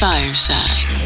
Fireside